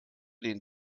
den